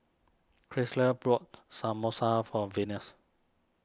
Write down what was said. Krystle brought Samosa for Venus